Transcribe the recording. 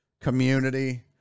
community